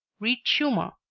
read schumann.